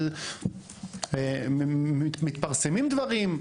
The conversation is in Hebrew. שמתפרסמים דברים,